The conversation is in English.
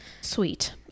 sweet